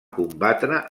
combatre